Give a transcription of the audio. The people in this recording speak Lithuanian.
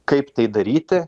kaip tai daryti